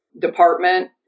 Department